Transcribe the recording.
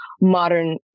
modern